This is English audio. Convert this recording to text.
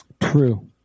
True